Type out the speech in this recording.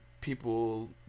people